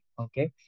Okay